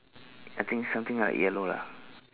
I think something like yellow lah